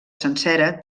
sencera